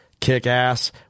kick-ass